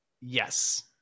Yes